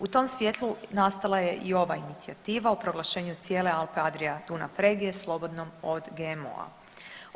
U tom svijetlu nastala je i ova inicijativa o proglašenju cijele Alpe-Adria-Dunav regije slobodnom od GMO-a.